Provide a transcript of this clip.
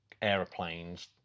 aeroplanes